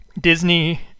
Disney